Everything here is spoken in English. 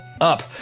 up